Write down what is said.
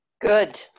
Good